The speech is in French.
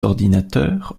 ordinateurs